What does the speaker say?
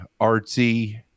artsy